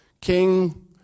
King